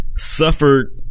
Suffered